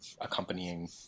accompanying